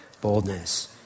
boldness